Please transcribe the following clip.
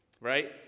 Right